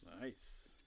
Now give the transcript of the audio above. Nice